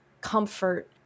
comfort